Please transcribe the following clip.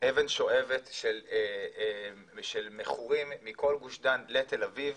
אבן שואבת של מכורים מכול גוש דן לתל אביב,